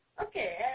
Okay